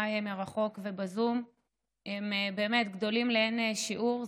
מרחוק ובזום הם באמת גדולים לאין שיעור.